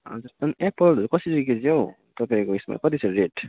हजुर अन्त एप्पलहरू कसरी केजी हौ तपाईँको उयेसमा कति छ रेट